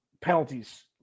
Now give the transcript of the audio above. penalties